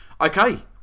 okay